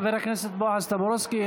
תודה, חבר הכנסת בועז טופורובסקי.